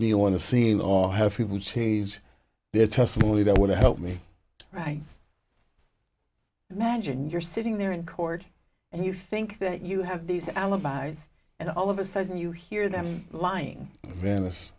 me on the scene or have people change their testimony that would help me write madge and you're sitting there in court and you think that you have these alibis and all of a sudden you hear them lying venice